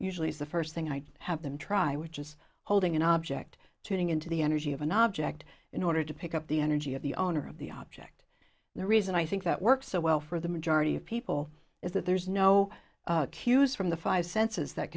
usually is the first thing i have them try which is hold an object tuning into the energy of an object in order to pick up the energy of the owner of the object the reason i think that works so well for the majority of people is that there's no cues from the five senses that